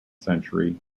century